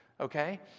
okay